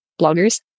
bloggers